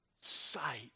sight